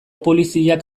poliziak